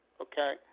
okay